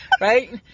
Right